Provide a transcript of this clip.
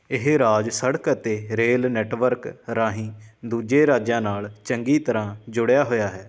ਇਹ ਰਾਜ ਸੜਕ ਅਤੇ ਰੇਲ ਨੈੱਟਵਰਕ ਰਾਹੀਂ ਦੂਜੇ ਰਾਜਾਂ ਨਾਲ ਚੰਗੀ ਤਰ੍ਹਾਂ ਜੁੜਿਆ ਹੋਇਆ ਹੈ